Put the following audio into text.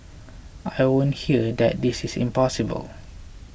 I won't hear that this is impossible